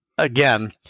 Again